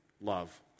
love